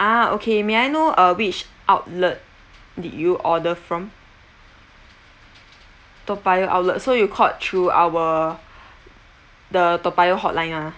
ah okay may I know uh which outlet did you order from toa payoh outlet so you called through our the toa payoh hotline ah